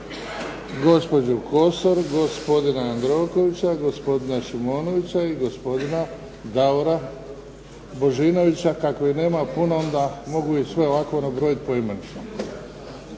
Gospođu Kosor, gospodina Jandrokovića, gospodina Šimonovića i gospodina Davora Božinovića. Kako ih nema puno onda ih mogu ovako sve nabrojiti poimenično.